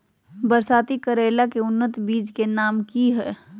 बरसाती करेला के उन्नत बिज के नाम की हैय?